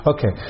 Okay